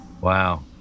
Wow